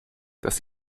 das